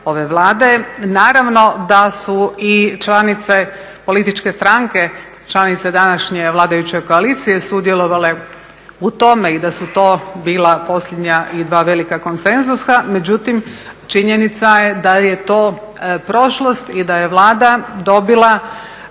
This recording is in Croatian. ove Vlade. Naravno da su i članice političke stranke, članice današnje vladajuće koalicije sudjelovale u tome i da su to bila posljednja i dva velika konsenzusa, međutim činjenica je da je to prošlost i da je Vlada dobila